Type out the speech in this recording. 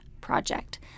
project